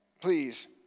Please